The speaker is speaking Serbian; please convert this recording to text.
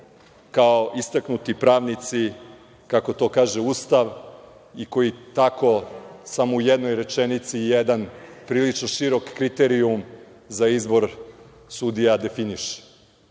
kao istaknuti pravnici, kako to kaže Ustav, i koji tako samo u jednoj rečenici jedan prilično širok kriterijum za izbor sudija definiše.